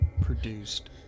produced